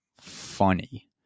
funny